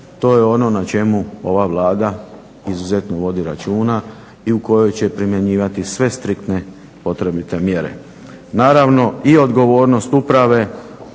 To je ono na čemu ova Vlada izuzetno vodi računa i u kojoj će primjenjivati sve striktne potrebite mjere. Naravno i odgovornost uprave